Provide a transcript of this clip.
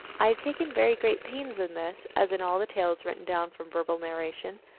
i have taken very great pains in this, as in all the tales written down from verbal narration,